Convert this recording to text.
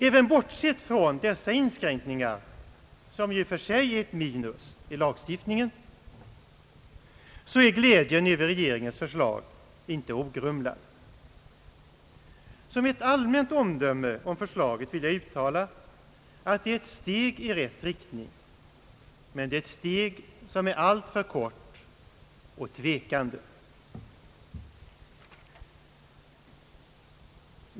Även bortsett från dessa inskränkningar, som ju i och för sig är ett minus i lagstiftningen, är glädjen över regeringens förslag inte ogrumlad. Som ett allmänt omdöme om förslaget vill jag uttala att det är ett steg i rätt riktning, men det är ett steg som är alltför kort och tvekande.